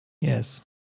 yes